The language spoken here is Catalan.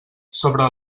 sobre